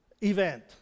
event